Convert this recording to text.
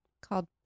called